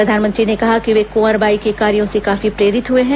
प्रधानमंत्री ने कहा कि वे कुंवर बाई के कार्यों से काफी प्रेरित हुए हैं